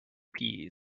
peas